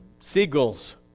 Seagulls